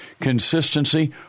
consistency